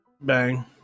Bang